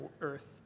earth